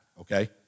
okay